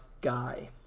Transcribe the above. guy